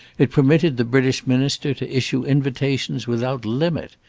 it permitted the british minister to issue invitations without limit.